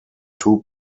two